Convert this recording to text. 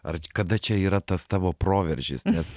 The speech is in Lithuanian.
ar kada čia yra tas tavo proveržis nes